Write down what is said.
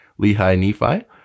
Lehi-Nephi